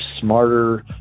smarter